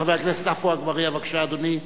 חבר הכנסת עפו אגבאריה, בבקשה, אדוני.